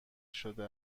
شده